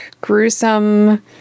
gruesome